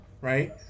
right